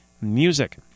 music